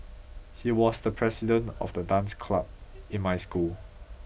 he was the president of the dance club in my school